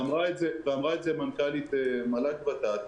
ואמרה את זה מנכ"לית מל"ג ות"ת,